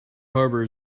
harbor